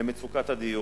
מייחס למצוקת הדיור.